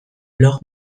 blog